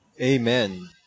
Amen